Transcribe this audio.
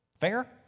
Fair